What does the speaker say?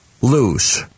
lose